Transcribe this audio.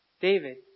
David